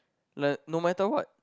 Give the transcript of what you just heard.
like no matter what